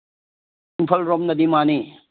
ꯏꯝꯐꯥꯜ ꯔꯣꯝꯗꯗꯤ ꯃꯥꯅꯤ